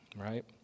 right